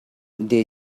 they